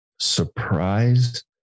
Surprise